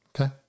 Okay